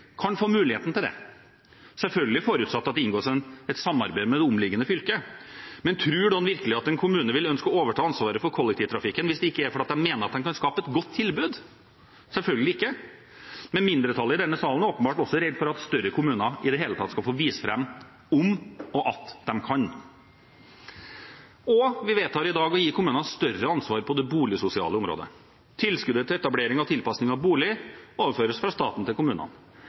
kan få muligheten til det, selvfølgelig forutsatt at det inngås et samarbeid med det omliggende fylket. Tror noen virkelig at en kommune vil ønske å overta ansvaret for kollektivtrafikken hvis det ikke er fordi de mener at de kan skape et godt tilbud? Selvfølgelig ikke. Men mindretallet i denne salen er åpenbart også redd for at større kommuner i det hele tatt skal få vise fram at de kan. Vi vedtar i dag å gi kommunene større ansvar på det boligsosiale området. Tilskuddet til etablering i og tilpasning av bolig overføres fra staten til kommunene,